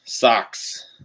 Socks